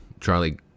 Charlie